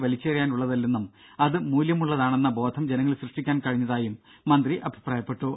വലിച്ചെറിയാനുളളതല്ലെന്നും അതു മൂല്യമുള്ളതാണെന്ന ബോധം ജനങ്ങളിൽ സൃഷ്ടിക്കാൻ കഴിഞ്ഞതായും മന്ത്രി അഭിപ്രായപ്പെട്ടു